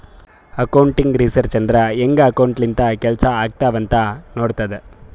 accounting research ಅಂದುರ್ ಹ್ಯಾಂಗ್ accounting ಲಿಂತ ಕೆಲ್ಸಾ ಆತ್ತಾವ್ ಅಂತ್ ನೋಡ್ತುದ್